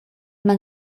man